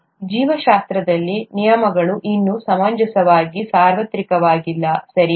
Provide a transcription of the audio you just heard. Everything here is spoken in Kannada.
ಆದರೆ ಜೀವಶಾಸ್ತ್ರದಲ್ಲಿ ನಿಯಮಗಳು ಇನ್ನೂ ಸಮಂಜಸವಾಗಿ ಸಾರ್ವತ್ರಿಕವಾಗಿಲ್ಲ ಸರಿ